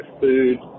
food